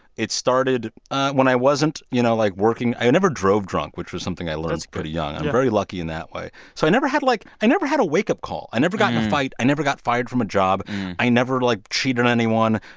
it started when i wasn't, you know, like, working. i i never drove drunk, which was something i learned pretty young. i'm very lucky in that way. so i never had, like i never had a wakeup call. i never got in a fight. i never got fired from a job i never, like, cheated on anyone.